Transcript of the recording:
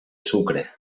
sucre